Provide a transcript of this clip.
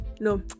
No